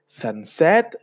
sunset